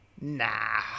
Nah